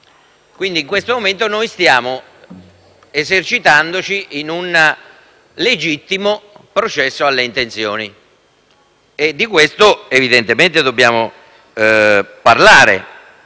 quindi, in questo momento ci stiamo esercitando in un legittimo processo alle intenzioni. Di questo evidentemente dobbiamo parlare.